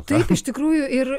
taip iš tikrųjų ir